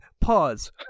Pause